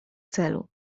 celu